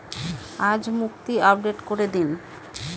আজ মুক্তি আপডেট করে দিন